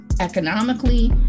economically